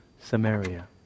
Samaria